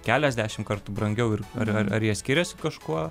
keliasdešimt kartų brangiau ir ar ar ar jie skiriasi kažkuo